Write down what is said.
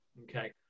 okay